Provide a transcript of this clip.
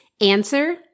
Answer